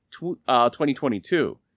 2022